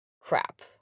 crap